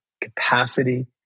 capacity